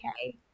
okay